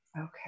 Okay